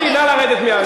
גברתי, נא לרדת מייד.